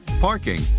parking